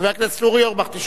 חבר הכנסת אורי אורבך, שב.